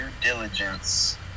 diligence